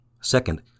Second